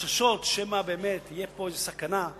החששות שמא באמת תהיה פה איזה סכנה,